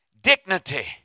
dignity